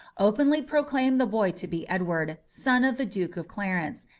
openly proclaimed the boy to be edward, son of the duke of clarence,